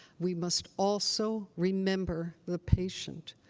we must also remember the patient.